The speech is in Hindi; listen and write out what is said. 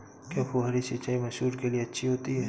क्या फुहारी सिंचाई मसूर के लिए अच्छी होती है?